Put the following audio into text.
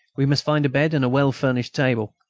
we must find a bed and a well-furnished table.